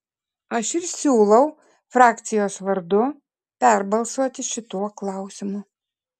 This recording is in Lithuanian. aš ir siūlau frakcijos vardu perbalsuoti šituo klausimu